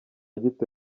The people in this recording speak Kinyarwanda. gito